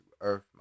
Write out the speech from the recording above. Earth